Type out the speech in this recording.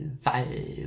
Five